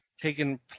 taken